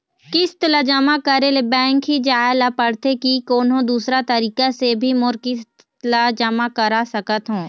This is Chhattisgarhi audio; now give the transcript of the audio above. किस्त ला जमा करे ले बैंक ही जाए ला पड़ते कि कोन्हो दूसरा तरीका से भी मोर किस्त ला जमा करा सकत हो?